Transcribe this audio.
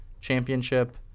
championship